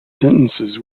sentences